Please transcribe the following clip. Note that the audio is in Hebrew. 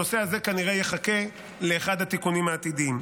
הנושא הזה כנראה יחכה לאחד התיקונים העתידיים.